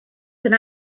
can